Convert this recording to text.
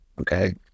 okay